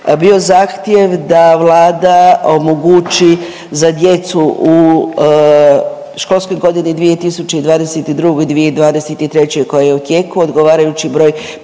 je zahtjev da Vlada omogući za djecu u školskoj godini 2022., 2023. koja je u tijeku odgovarajući broj